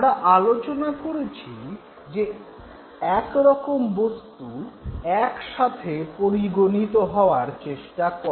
আমরা আলোচনা করেছি যে এক রকম বস্তু একসাথে পরিগণিত হওয়ার চেষ্টা করে